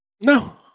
No